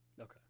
Okay